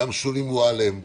גם שולי מועלם,